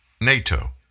NATO